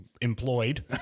employed